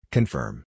Confirm